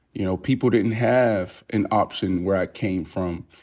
you know, people didn't have an option where i came from.